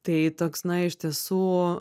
tai toks na iš tiesų